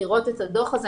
לראות את הדו"ח הזה.